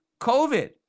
COVID